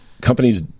companies –